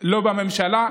ולא בממשלה.